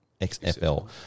XFL